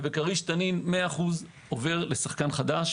בכריש תנין 100% עובר לשחקן חדש.